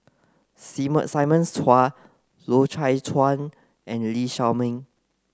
Simon Chua Loy Chye Chuan and Lee Shao Meng